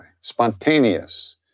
spontaneous